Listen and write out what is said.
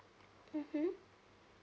mmhmm